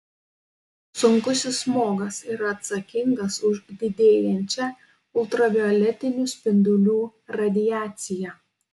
sunkusis smogas yra atsakingas už didėjančią ultravioletinių spindulių radiaciją